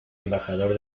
embajador